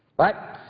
but,